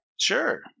Sure